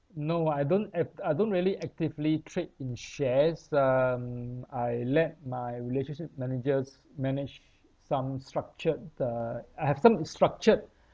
no I don't have I don't really actively trade in shares um I let my relationship managers manage some structured uh I have some structured